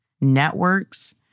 networks